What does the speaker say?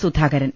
Sudhakaran